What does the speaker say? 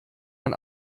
man